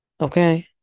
Okay